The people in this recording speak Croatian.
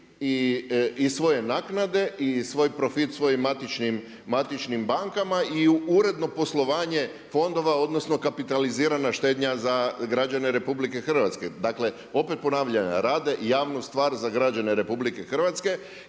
i svoje naknade i svoj profit svojim matičnim bankama i u uredno poslovanje fondova odnosno kapitalizirana štednja za građane RH. Dakle, opet ponavljam rade javnu stvar za građane RH i s